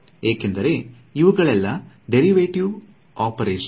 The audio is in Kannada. ಏಕೆಂದರೆ ಇವುಗಳೆಲ್ಲ ಡೇರಿವೆಟಿವ್ ಒಪೆರೇಷನ್ಸ್